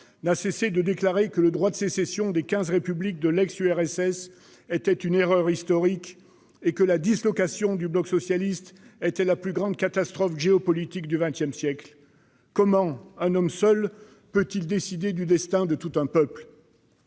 n'a cessé de déclarer que le droit de sécession des quinze républiques de l'ex-URSS était une erreur historique et que la dislocation du bloc socialiste était la plus grande catastrophe géopolitique du XX siècle. Comment un homme seul peut-il décider du destin de tout un peuple ?